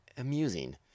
amusing